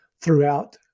throughout